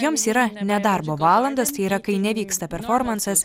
joms yra ne darbo valandos tai yra kai nevyksta performansas